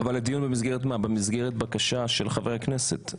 היה דיון במסגרת מה, במסגרת בקשה של חברי הכנסת?